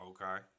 Okay